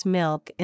milk